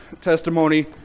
testimony